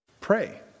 Pray